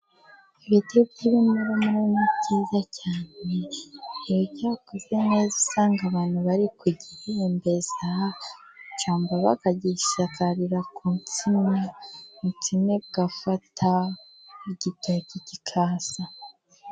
Ibiti by'ibibonobono ni byiza cyane. Iyo cyakuze neza usanga abantu bari kugihembeza, cyangwa bakagishakarira ku nsina, insina igafata igitoki gikaza.